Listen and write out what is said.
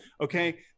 okay